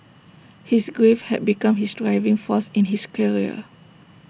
his grief had become his driving force in his career